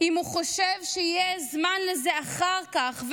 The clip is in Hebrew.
אם הוא חושב שיהיה זמן לזה אחר כך,